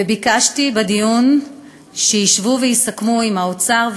וביקשתי בדיון שישבו ויסכמו עם האוצר,